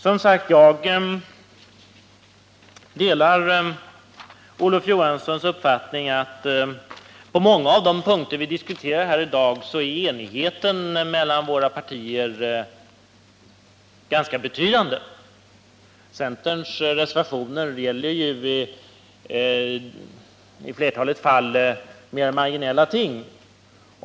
Som sagt: Jag delar Olof Johanssons uppfattning att på många av de punkter vi diskuterar här i dag är enigheten mellan våra partier ganska betydande. Centerns reservationer gäller ju i flertalet fall mer marginella ting.